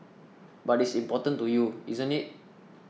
but it's important to you isn't it